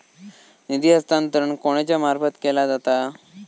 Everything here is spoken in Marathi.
निधी हस्तांतरण कोणाच्या मार्फत केला जाता?